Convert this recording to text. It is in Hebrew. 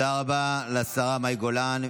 תודה רבה לשרה מאי גולן.